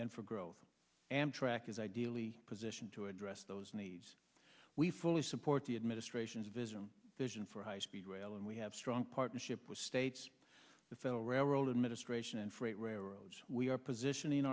and for growth and tractors ideally position to address those needs we fully support the administration's vision vision for high speed rail and we have strong partnership with states the federal railroad administration and freight railroads we are positioning